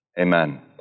Amen